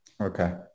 okay